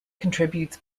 contributes